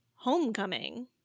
homecoming